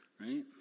right